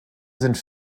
sind